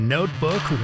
Notebook